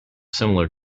similar